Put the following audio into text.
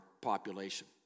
population